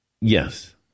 Yes